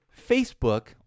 Facebook